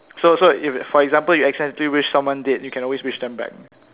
so so if for example you accidentally wish someone dead you can always wish them back